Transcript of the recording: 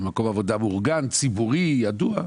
מקום עבודה מאורגן, ציבורי, ידוע.